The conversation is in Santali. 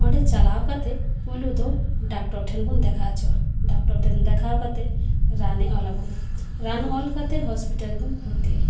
ᱚᱸᱰᱮ ᱪᱟᱞᱟᱣ ᱠᱟᱛᱮ ᱯᱳᱭᱞᱳᱫᱚ ᱰᱟᱠᱴᱚᱨ ᱴᱷᱮᱱ ᱵᱚ ᱫᱮᱠᱷᱟᱣ ᱦᱚᱪᱚᱜᱼᱟ ᱰᱟᱴᱚᱨ ᱴᱷᱮᱱ ᱫᱮᱠᱷᱟᱣ ᱠᱟᱛᱮ ᱨᱟᱱᱮ ᱚᱞ ᱟᱵᱚᱱᱟ ᱨᱟᱱ ᱚᱞ ᱠᱟᱛᱮ ᱦᱳᱥᱯᱤᱴᱟᱞ ᱨᱮᱵᱚᱱ ᱵᱷᱚᱨᱛᱤᱜᱼᱟ